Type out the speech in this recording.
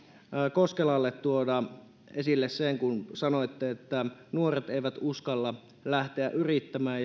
koskelalle tuoda esille sen kun sanoitte että nuoret eivät uskalla lähteä yrittämään